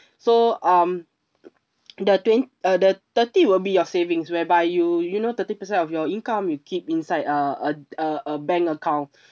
so um the twen~ uh the thirty will be your savings whereby you you know thirty percent of your income you keep inside uh uh uh a bank account